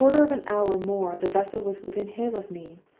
in a quarter of an hour more the vessel was within hail of me,